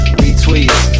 retweets